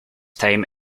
time